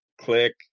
Click